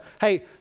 hey